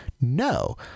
No